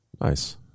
Nice